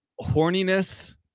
horniness